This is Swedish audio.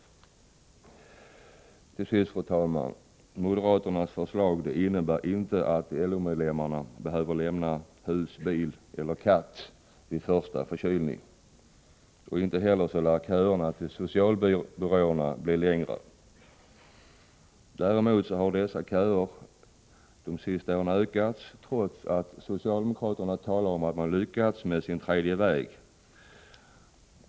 Fru talman! Moderaternas förslag innebär inte att LO-medlemmarna behöver lämna hus, bil eller katt vid första förkylning. Inte heller lär köerna till socialbyråerna bli längre. Däremot har dessa köer de senaste åren ökat, trots att socialdemokraterna talar om att man lyckats med sin tredje väg.